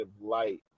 light